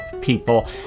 people